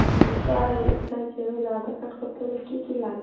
হুম তাই ওই চাইছি মানে আধার কার্ড করতে হলে কী কী লাগবে